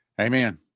Amen